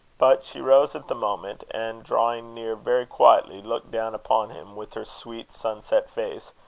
but she rose at the moment, and drawing near very quietly, looked down upon him with her sweet sunset face,